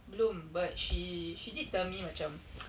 belum but she she did tell me macam